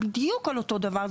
בדיוק על אותו דבר.